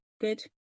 good